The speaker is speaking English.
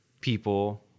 people